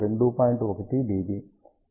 1 dB